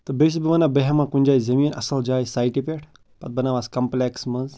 تہٕ بیٚیہِ چھِس بہٕ وَنان بہٕ ہٮ۪مہٕ ہا کُنۍ جایہِ زمیٖن اَصٕل جایہِ سایٹہِ پٮ۪ٹھ پَتہٕ بَناوہَس کَمپٕلٮ۪کٕس منٛز